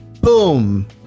boom